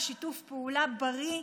ושיתוף פעולה בריא,